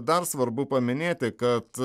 dar svarbu paminėti kad